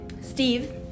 Steve